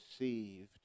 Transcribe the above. received